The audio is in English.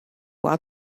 while